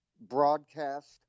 broadcast